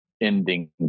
ending